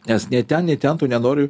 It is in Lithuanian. nes nei ten nei ten tu nenori